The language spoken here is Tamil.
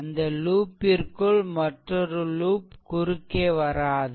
அந்த லூப்பிற்குள் மற்றொரு லூப் குறுக்கே வராது